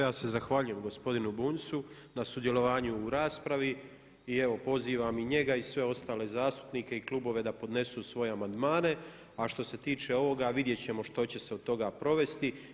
Ja se zahvaljujem gospodinu Bunjcu na sudjelovanju u raspravi i evo pozivam i njega i sve ostale zastupnike i klubove da podnesu svoje amandmane, a što se tiče ovoga vidjet ćemo što će se od toga provesti.